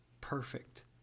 perfect